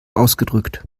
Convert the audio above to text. ausgedrückt